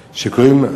שקוראים,